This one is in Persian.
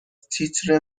تیتر